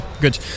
Good